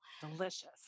Delicious